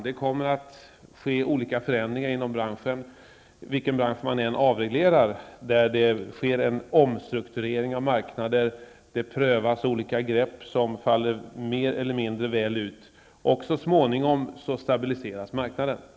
Det kommer att ske olika förändringar inom branschen, vilken bransch man än avreglerar. Det sker en omstrukturering av marknader, det prövas olika grepp som faller mer eller mindre väl ut, och så småningom stabiliseras marknaden.